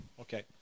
Okay